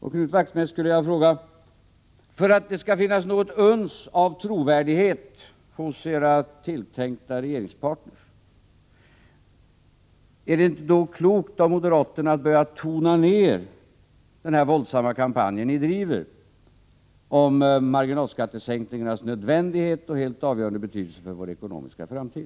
Och Knut Wachmeister skulle jag vilja fråga: Om ni skall vinna ett uns av trovärdighet hos era tilltänkta regeringspartner, är det inte då klokt av er att börja tona ned den här våldsamma kampanjen om marginalskattesänkningarnas nödvändighet och helt avgörande betydelse för vår ekonomiska framtid?